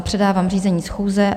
Předávám řízení schůze.